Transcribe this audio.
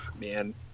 man